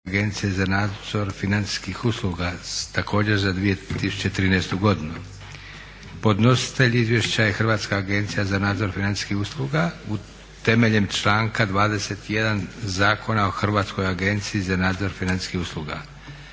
Hrvatske agencije za nadzor financijskih usluga za 2013. godinu. Podnositelj izvješća je Hrvatska agencija za nadzor financijskih usluga temeljem članka 21. Zakona o Hrvatskoj agenciji za nadzor financijskih usluga.